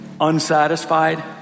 unsatisfied